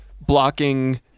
blocking